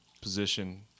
position